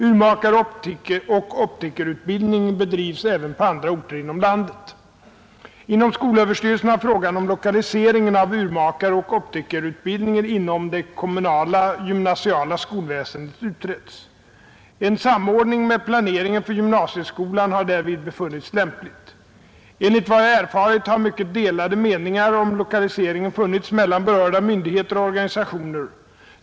Urmakaroch optikerutbildning bedrivs även på andra orter inom landet. Inom skolöverstyrelsen har frågan om lokaliseringen av urmakaroch optikerutbildningen inom det kommunala gymnasiala skolväsendet utretts. En samordning med planeringen för gymnasieskolan har därvid befunnits lämplig. Enligt vad jag erfarit har mycket delade meningar om lokaliseringen funnits mellan berörda myndigheter och organisationer.